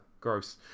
Gross